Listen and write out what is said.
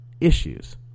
issues